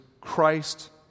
Christ